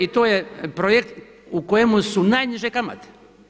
I to je projekt u kojemu su najniže kamate.